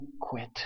quit